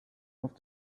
auf